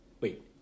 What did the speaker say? Wait